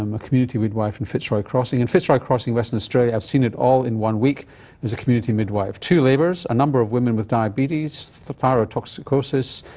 um a community midwife in fitzroy crossing in fitzroy crossing, western australia, i've seen it all in one week as a community midwife two labours, a number of women with diabetes, thyrotoxicosis,